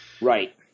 Right